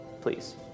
please